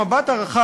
במבט הרחב,